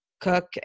Cook